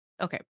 okay